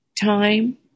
time